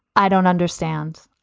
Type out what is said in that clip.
i don't understand.